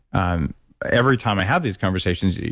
um every time i have these conversations, yeah